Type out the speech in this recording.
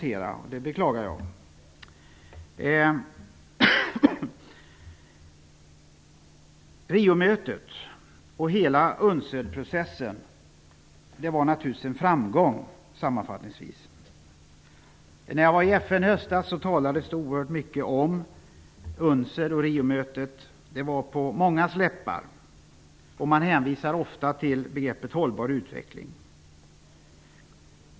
Sammanfattningsvis kan man säga att Riomötet och hela UNCED-processen naturligtvis var en framgång. När jag var i FN i höstas talades det oerhört mycket om UNCED och RIO-mötet. Det var på mångas läppar. Man hänvisar ofta till begreppet ''hållbar utveckling''.